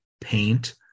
paint